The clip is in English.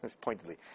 pointedly